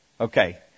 Okay